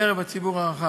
בקרב הציבור הרחב.